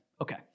Okay